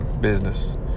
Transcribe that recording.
business